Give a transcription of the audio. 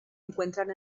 encuentran